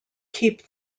keep